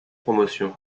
promotion